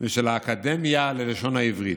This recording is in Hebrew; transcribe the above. ושל האקדמיה ללשון העברית.